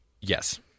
Yes